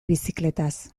bizikletaz